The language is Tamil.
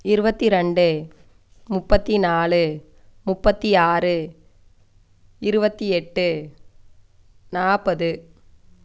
இருபத்தி ரெண்டு முப்பத்தி நாலு முப்பத்தி ஆறு இருபத்தி எட்டு நாற்பது